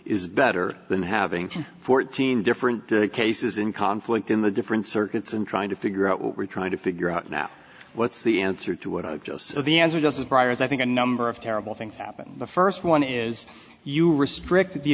is better than having fourteen different cases in conflict in the different circuits and trying to figure out what we're trying to figure out now what's the answer to what the answer does is briars i think a number of terrible things happened the first one is you restrict the